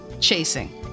chasing